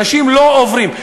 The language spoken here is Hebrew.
אנשים לא עוברים.